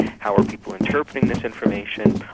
how are people interpreting this information?